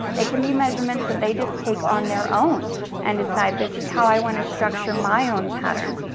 it can be measurements that they just take on their own and decide this is how i wanna structure my own patterns,